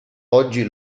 oggi